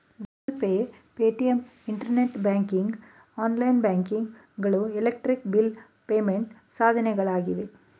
Google Pay, Paytm, internet banking, online banking ಗಳು electric bill payment ಸಾಧನಗಳಾಗಿವೆ